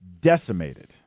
decimated